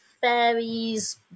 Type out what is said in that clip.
fairies